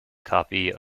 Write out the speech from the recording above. copy